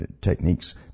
techniques